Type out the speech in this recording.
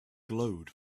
glowed